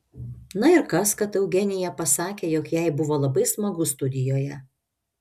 na ir kas kad eugenija pasakė jog jai buvo labai smagu studijoje